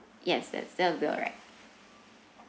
yes that's that will be alright